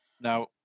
Now